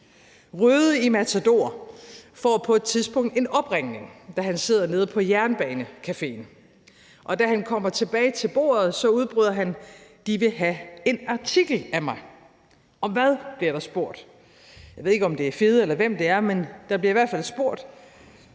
Røde i »Matador« får på et tidspunkt en opringning, da han sidder nede på Jernbanerestauranten, og da han kommer tilbage til bordet, udbryder han: De vil have en artikel af mig. Om hvad?, bliver der spurgt. Jeg ved ikke, om det er Fede, eller hvem det er, men der bliver i hvert fald spurgt